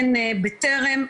אין ב"טרם",